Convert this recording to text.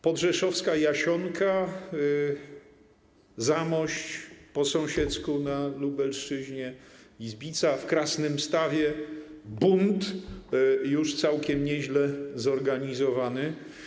Podrzeszowska Jasionka, Zamość po sąsiedzku na Lubelszczyźnie, Izbica, w Krasnymstawie bunt już całkiem nieźle zorganizowany.